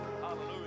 Hallelujah